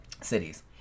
cities